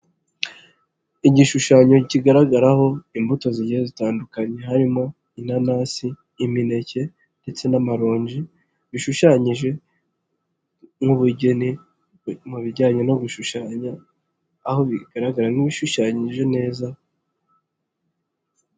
lgishushanyo kigaragaraho imbuto zigiye zitandukanye ,harimo ;inanasi, imineke, ndetse n'amaronji .Bishushanyije nk'ubugeni mu bijyanye no gushushanya, aho bigaragara nk'ibishushanyije neza.